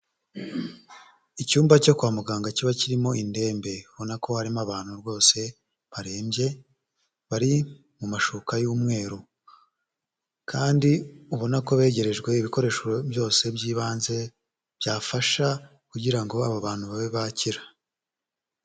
Icyumba cyo kwa muganga kiba kirimo indembe. Urabona ko harimo abantu rwose barembye, bari mu mashuka y'umweru. Kandi ubona ko begerejwe ibikoresho byose by'ibanze byafasha kugira ngo aba bantu babe bakira.